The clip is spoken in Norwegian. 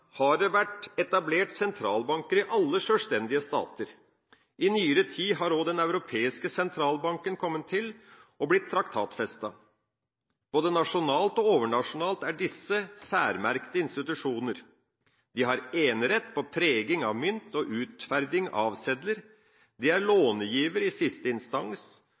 har det vært etablert sentralbanker i alle sjølstendige stater. I nyere tid har også Den europeiske sentralbanken kommet til og blitt traktatfestet. Både nasjonalt og overnasjonalt er disse særmerkte institusjoner: De har enerett på preging av mynt og utferding av sedler, de er lånegivere i siste instans,